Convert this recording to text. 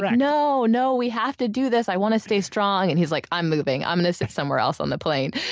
no, no, we have to do this, i want to stay strong. and he's like, i'm moving, i'm gonna sit somewhere else on the plane.